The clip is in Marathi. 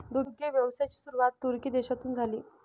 दुग्ध व्यवसायाची सुरुवात तुर्की देशातून झाली